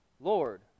Lord